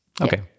Okay